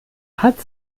hat